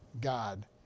God